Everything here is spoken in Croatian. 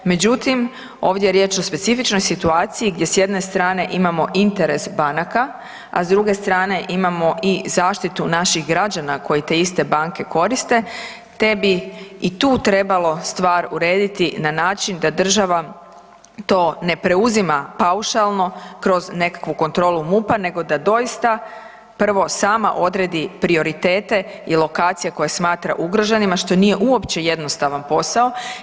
Međutim, ovdje je riječ o specifičnoj situaciji gdje s jedne strane imamo interes banaka, a s druge strane imamo i zaštitu naših građana koji te iste banke koriste, te bi i tu trebalo stvar urediti na način da država to ne preuzima paušalno kroz nekakvu kontrolu MUP-a nego da doista prvo sama odredi prioritete i lokacije koje smatra ugroženima što nije uopće jednostavan posao.